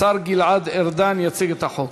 השר גלעד ארדן, יציג את החוק.